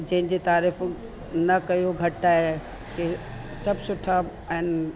जंहिंजी तारीफ़ न कयो घटि आहे की सभु सुठा आहिनि